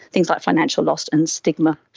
things like financial loss and stigma.